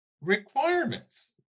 requirements